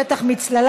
17) (שטח מצללה),